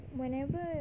whenever